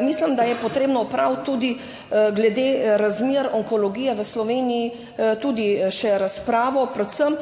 Mislim, da je treba opraviti tudi glede razmer onkologije v Sloveniji še razpravo, predvsem